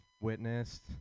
witnessed